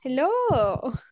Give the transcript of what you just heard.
Hello